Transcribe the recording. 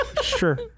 Sure